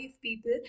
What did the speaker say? people